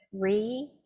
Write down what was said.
three